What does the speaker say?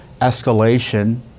escalation